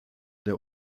der